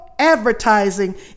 advertising